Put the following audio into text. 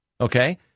okay